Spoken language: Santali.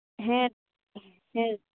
ᱦᱮᱸ ᱦᱮᱸ